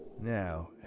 Now